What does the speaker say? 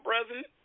president